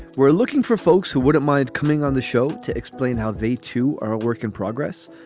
we're looking for folks who wouldn't mind coming on the show to explain how they, too, are a work in progress.